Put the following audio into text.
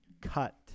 cut